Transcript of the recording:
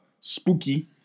spooky